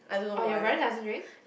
oh your brother doesn't drink